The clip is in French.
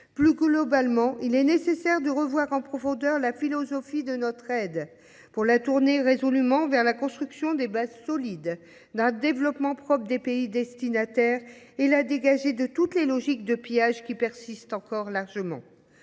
plus globalement, il est nécessaire de revoir en profondeur la philosophie de notre aide, pour la tourner résolument vers la construction des bases solides d’un développement propre des pays destinataires et la dégager de toutes les logiques de pillage, qui persistent encore largement.